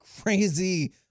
crazy